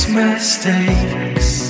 mistakes